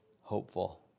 hopeful